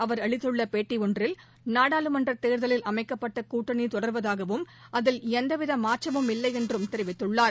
அவர் அளித்துள்ள பேட்டி ஒன்றில் நாடாளுமன்ற தேர்தலில் அமைக்கப்பட்ட கூட்டணி தொடர்வதாகவும் அதில் எந்தவித மாற்றமும் இல்லை என்றும் தெரிவித்துள்ளார்